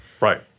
Right